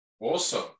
Awesome